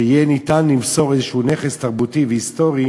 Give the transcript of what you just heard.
שיהיה ניתן למסור נכס תרבותי והיסטורי